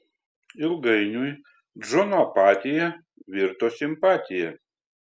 ilgainiui džono apatija virto simpatija